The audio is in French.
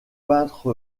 peintre